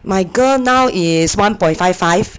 my girl now is one point five five